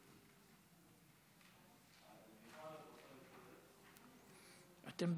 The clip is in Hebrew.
אדוני היושב-ראש,